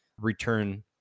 return